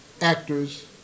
actors